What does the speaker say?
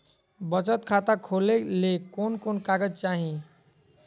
बचत खाता खोले ले कोन कोन कागज चाही?